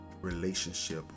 relationship